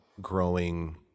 growing